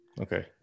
Okay